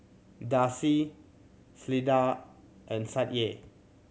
Darcy Cleda and Sadye